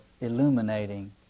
illuminating